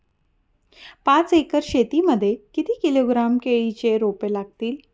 पाच एकर शेती मध्ये किती किलोग्रॅम केळीची रोपे लागतील?